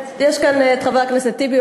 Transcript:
ישנו כאן חבר הכנסת טיבי,